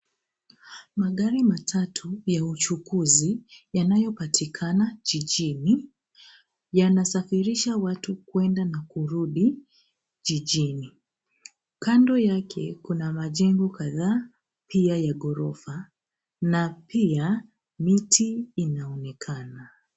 Magari matatu ya uchukuzi yanayopatikana jijini, yanasafirisha watu kwenda na kurudi jijini. Kando yake kuna majengo kadhaa pia ya ghorofa na pia miti inaonekana.